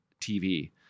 TV